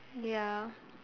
ya